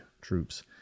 troops